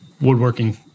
woodworking